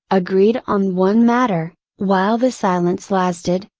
agreed on one matter, while the silence lasted,